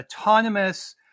autonomous